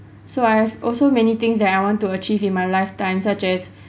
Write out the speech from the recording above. so I have also many things that I want to achieve in my lifetime such as